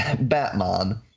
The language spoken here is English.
Batman